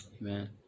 Amen